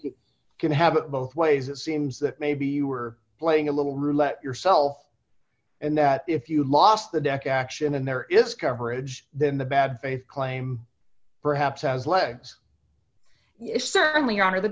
you can have it both ways it seems that maybe you were playing a little roulette yourself and that if you lost the deck action and there is coverage then the bad d faith claim perhaps has legs is certainly out of the